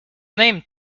named